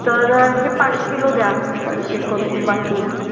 तर हे पाच किलो द्या पण एक बासमती